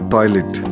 Toilet